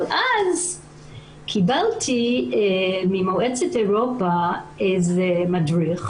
אבל אז קיבלתי ממועצת אירופה איזה מדריך